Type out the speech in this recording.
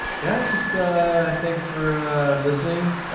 yeah just ah thanks for listening.